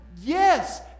Yes